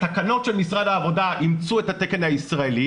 התקנות של משרד העבודה אימצו את התקן הישראלי